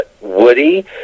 Woody